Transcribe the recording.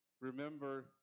Remember